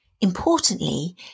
Importantly